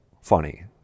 funny